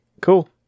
cool